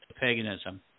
paganism